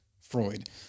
Freud